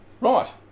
Right